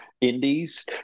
Indies